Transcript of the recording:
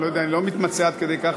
אני לא מתמצא עד כדי כך,